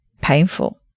painful